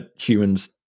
humans